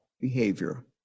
behavior